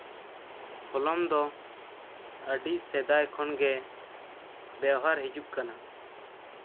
ᱠᱚᱞᱚᱢ ᱫᱚ ᱟᱹᱰᱤ ᱥᱮᱫᱟᱭ ᱠᱷᱚᱱ ᱜᱮ ᱵᱮᱣᱦᱟᱨ ᱦᱤᱡᱩᱜ ᱠᱟᱱᱟ